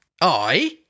I